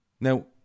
Now